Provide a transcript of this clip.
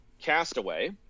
Castaway